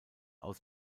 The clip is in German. aus